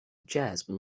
جذب